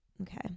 Okay